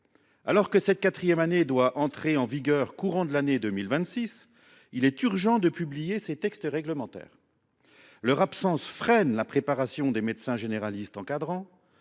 Alors que cette quatrième année doit entrer en vigueur dans le courant de l’année 2026, il est urgent de publier ces textes réglementaires. Leur absence freine la préparation des médecins généralistes encadrants,